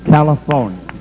California